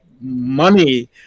money